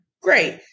Great